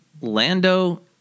Lando